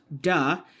duh